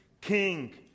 king